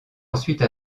ensuite